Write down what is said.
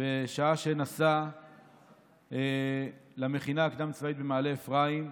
בשעה שנסע למכינה הקדם-צבאית במעלה אפרים,